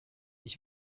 ich